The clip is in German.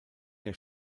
jahr